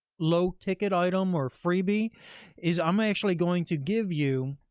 low-ticket item or freebie is i'm actually going to give you,